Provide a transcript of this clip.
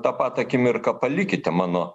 tą pat akimirką palikite mano